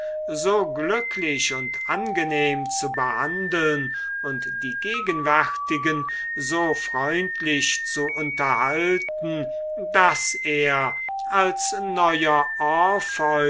so glücklich und angenehm zu behandeln und die gegenwärtigen so freundlich zu unterhalten daß er als neuer